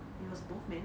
it was both man